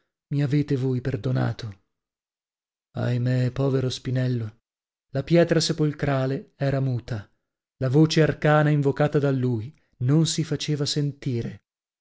mi avete voi perdonato ahimè povero spinello la pietra sepolcrale era muta la voce arcana invocata da lui non si faceva sentire